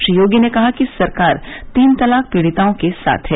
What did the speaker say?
श्री योगी ने कहा कि सरकार तीन तलाक पीड़िताओं के साथ है